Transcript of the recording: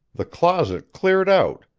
the closet cleared out,